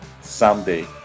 someday